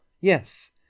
yes